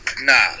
Nah